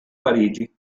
parigi